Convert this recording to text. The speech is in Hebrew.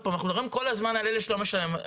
אנחנו מדברים כל הזמן על אלה שלא משלמים.